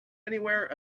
anywhere